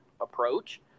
approach